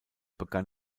begann